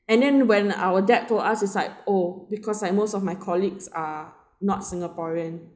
and then when our dad told us was like oh because uh most of my colleagues are not singaporean